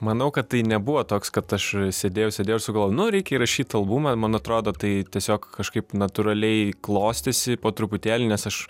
manau kad tai nebuvo toks kad aš sėdėjau sėdėjau ir sugalvojau nu reikia įrašyt albumą man atrodo tai tiesiog kažkaip natūraliai klostėsi po truputėlį nes aš